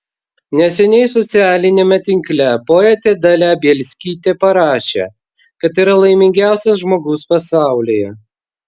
neseniai socialiniame tinkle poetė dalia bielskytė parašė kad yra laimingiausias žmogus pasaulyje